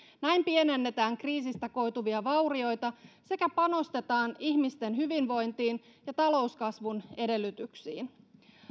näin pienennetään kriisistä koituvia vaurioita sekä panostetaan ihmisten hyvinvointiin ja talouskasvun edellytyksiin